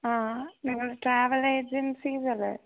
ആ നിങ്ങൾ ട്രാവല് ഏജൻസീസല്ലേ